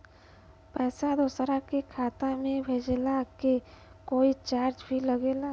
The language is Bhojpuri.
पैसा दोसरा के खाता मे भेजला के कोई चार्ज भी लागेला?